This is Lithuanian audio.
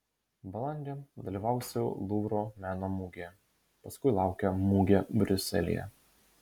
balandį dalyvausiu luvro meno mugėje paskui laukia mugė briuselyje